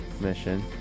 mission